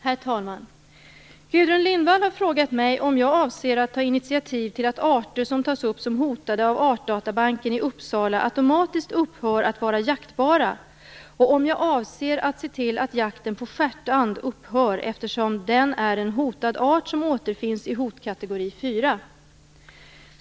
Herr talman! Gudrun Lindvall har frågat mig om jag avser att ta initiativ till att arter som tas upp som hotade av Artdatabanken i Uppsala automatiskt upphör att vara jaktbara och om jag avser att se till att jakten på stjärtand upphör eftersom den är en hotad art som återfinns i hotkategori 4.